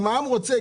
גם העם רוצה,